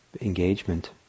engagement